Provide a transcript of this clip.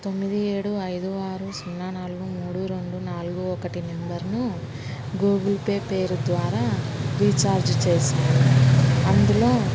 తొమ్మిది ఏడు ఐదు ఆరు సున్నా నాలుగు మూడు రెండు నాలుగు ఒకటి నెంబర్ను గూగుల్ పే పేరు ద్వారా రీఛార్జ్ చేశాను అందులో